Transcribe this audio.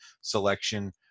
selection